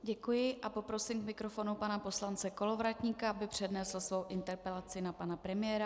Děkuji a poprosím k mikrofonu pana poslance Kolovratníka, aby přednesl svou interpelaci na pana premiéra.